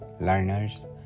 learners